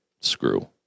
screw